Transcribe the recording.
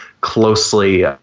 closely